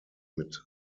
mit